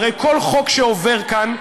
הרי כל חוק שעובר כאן,